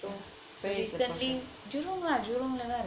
they instantly jurong lah jurong